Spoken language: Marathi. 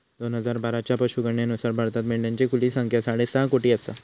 दोन हजार बाराच्या पशुगणनेनुसार भारतात मेंढ्यांची खुली संख्या साडेसहा कोटी आसा